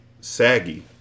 saggy